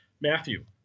Matthew